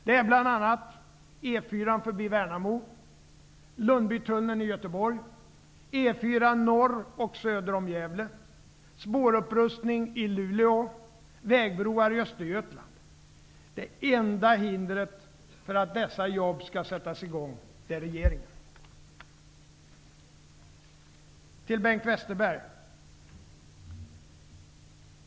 Det är bl.a. norr och söder om Gävle, spårupprustning i Luleå och vägbroar i Östergötland. Det enda hindret för att dessa jobb skall sättas i gång är regeringen. Jag vill säga något till Bengt Westerberg.